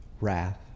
wrath